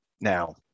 now